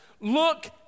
Look